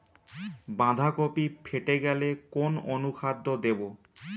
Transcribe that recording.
বাঁধাকপি ফেটে গেলে কোন অনুখাদ্য দেবো?